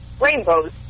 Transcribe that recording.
rainbows